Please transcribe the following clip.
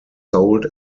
sold